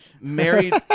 Married